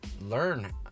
learn